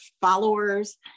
followers